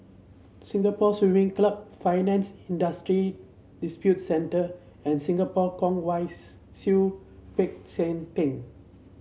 Singapore Swimming Club Finance Industry Disputes Center and Singapore Kwong Wai Siew Peck San Theng